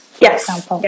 Yes